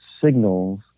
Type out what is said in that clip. signals